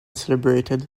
celebrated